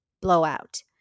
Blowout